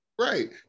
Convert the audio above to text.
Right